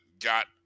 got